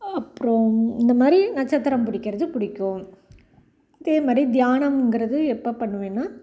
அப்புறம் இந்த மாதிரி நட்சத்திரம் பிடிக்கிறது பிடிக்கும் அதே மாதிரி தியானம்ங்குறது எப்போ பண்ணுவேன்னா